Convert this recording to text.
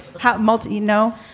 how much? you know,